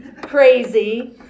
crazy